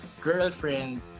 girlfriend